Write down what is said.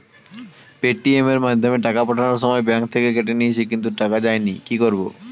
Paytm এর মাধ্যমে টাকা পাঠানোর সময় ব্যাংক থেকে কেটে নিয়েছে কিন্তু টাকা যায়নি কি করব?